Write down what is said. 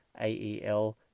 AEL